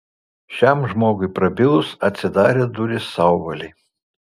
šiam žmogui prabilus atsidarė durys sauvalei